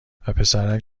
وپسرک